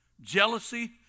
jealousy